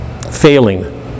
failing